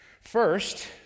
First